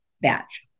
batch